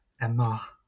Emma